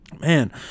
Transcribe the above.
Man